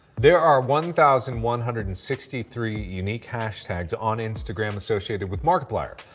there are one thousand one hundred and sixty three unique hashtags on instagram associated with markiplier.